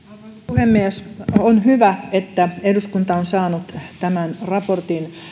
puhemies on hyvä että eduskunta on saanut tämän raportin